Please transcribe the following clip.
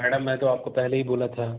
madam मैं तो आपको पहले ही बोला था